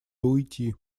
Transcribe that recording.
уйти